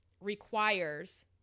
requires